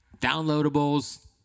downloadables